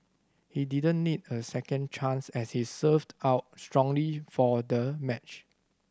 he didn't need a second chance as he served out strongly for the match